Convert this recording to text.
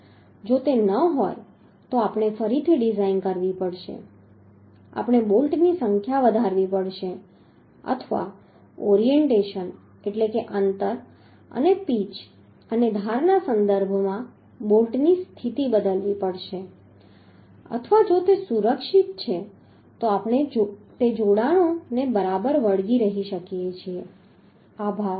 જો તે ન હોય તો આપણે ફરીથી ડિઝાઇન કરવી પડશે આપણે બોલ્ટની સંખ્યા વધારવી પડશે અથવા ઓરિએન્ટેશન એટલે કે અંતર અને પિચ અને ધારના સંદર્ભમાં બોલ્ટની સ્થિતિ બદલવી પડશે અથવા જો તે સુરક્ષિત છે તો આપણે તે જોડાણોને બરાબર વળગી રહી શકીએ છીએ આભાર